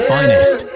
Finest